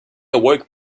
awoke